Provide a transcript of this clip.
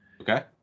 Okay